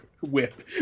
whip